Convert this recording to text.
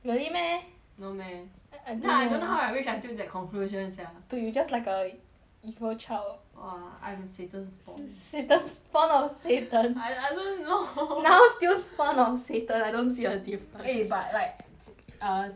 really meh no meh then I don't know how I reach until that conclusion sia dude you just like a a evil child !wah! I'm satan's form satan's fo~ form of satan I don't know now still form of satan I don't see a difference eh but like err